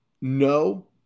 no